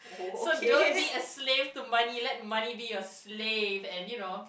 so don't be a slave to money let money be your slave and you know